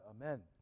amen